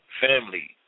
Family